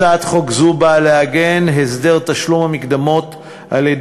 הצעת חוק זו באה לעגן את הסדר תשלום המקדמות על-ידי